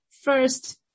first